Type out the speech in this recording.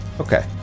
Okay